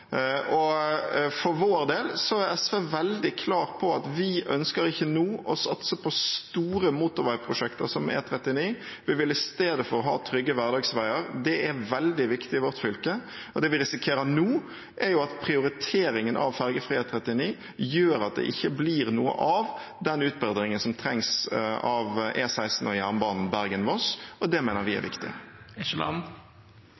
Vestlandet. For vår del er vi i SV veldig klare på at vi ikke nå ønsker å satse på store motorveiprosjekter som E39. Vi vil i stedet ha trygge hverdagsveier. Det er veldig viktig i vårt fylke. Det vi risikerer nå, er at prioriteringen av ferjefri E39 gjør at det ikke blir noe av den utbedringen som trengs av E16 og jernbanen Bergen–Voss, og det mener vi